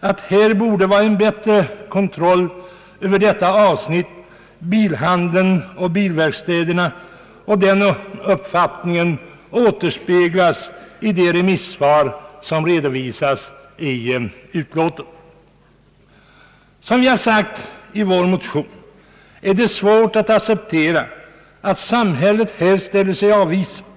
att det bör vara en bättre kontroll över bilhandeln och bilverkstäderna, och den uppfattningen återspeglas i de remissvar som redovisats i utlåtandet. Som vi har sagt i vår motion, är det svårt att acceptera att samhället på denna punkt ställer sig avvisande.